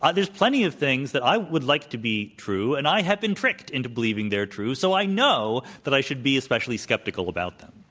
there's plenty of things that i would like to be true and i have been tricked into believing they're true. so, i know that i should be especially skeptical about them.